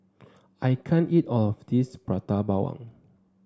I can't eat all of this Prata Bawang